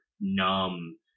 numb